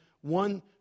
one